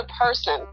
person